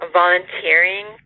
volunteering